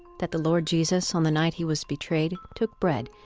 that the lord jesus on the night he was betrayed took bread.